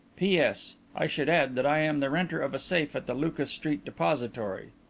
p s. i should add that i am the renter of a safe at the lucas street depository.